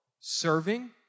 Serving